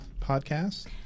podcast